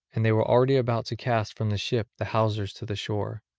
and they were already about to cast from the ship the hawsers to the shore,